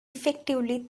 effectively